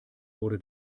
wurde